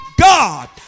God